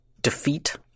defeat